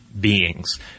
beings